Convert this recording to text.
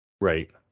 Right